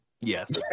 Yes